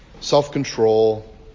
self-control